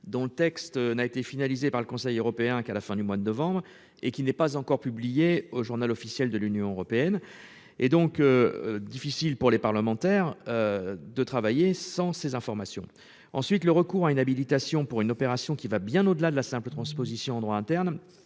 dont le texte n'a été finalisé par le Conseil européen qu'à la fin du mois de novembre et qui n'est pas encore publié au Journal officiel de l'Union européenne et donc. Difficile pour les parlementaires. De travailler sans ces informations ensuite le recours à une habilitation pour une opération qui va bien au-delà de la simple transposition en droit interne